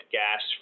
gas